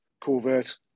covert